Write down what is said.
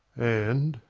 and.